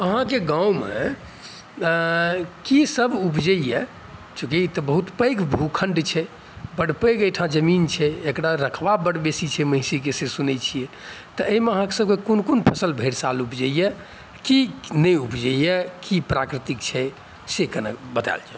अहाँके गाँव मे की सब उपजैया चूँकि ई तऽ बहुत पैघ भूखण्ड छै बड़ पैघ अहिठाम जमीन छै एकरा रकबा बड़ बेसी छै महिषीके से सुनै छियै तऽ एहिमे अहाँ सबकए कोन कोन फसल भरि साल उपजैया की नही उपजैये की प्राकृतिक छे से कने बताएल जाउ